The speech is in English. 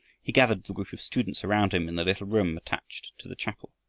he gathered the group of students around him in the little room attached to the chapel.